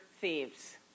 thieves